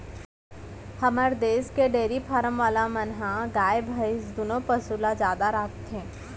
हमर देस के डेरी फारम वाला मन ह गाय भईंस दुनों पसु ल जादा राखथें